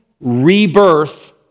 rebirth